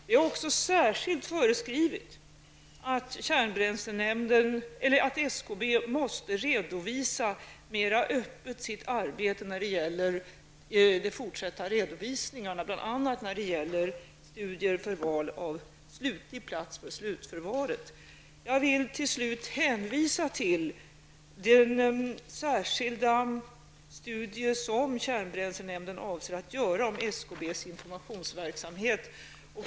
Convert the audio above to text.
Vi har också särskilt föreskrivit att SKB måste redovisa mera öppet sitt arbete bl.a. när det gäller studier för val av slutlig plats för slutförvaret. Jag vill till slut hänvisa till den särskilda studie som kärnbränslenämnden avser att göra om SKBs informationsverksamhet.